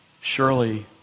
surely